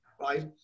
right